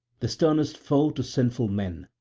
the sternest foe to sinful men,